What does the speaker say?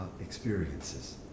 experiences